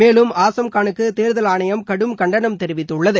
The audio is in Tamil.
மேலும் ஆசம்கானுக்கு தேர்தல் ஆணையம் கடும் கண்டனம் தெரிவித்துள்ளது